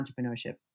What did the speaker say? entrepreneurship